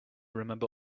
remember